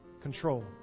control